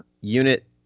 unit